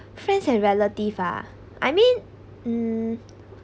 friends and relatives ah I mean um